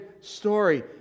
story